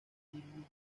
irwin